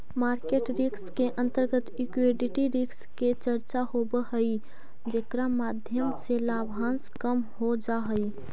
market risk के अंतर्गत equity risk के चर्चा होवऽ हई जेकरा माध्यम से लाभांश कम हो जा हई